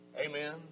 Amen